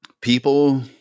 people